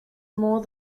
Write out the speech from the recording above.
more